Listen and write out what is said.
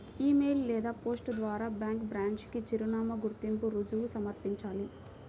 ఇ mail లేదా post ద్వారా bank branch కి చిరునామా, గుర్తింపు రుజువు సమర్పించాలి